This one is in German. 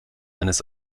eines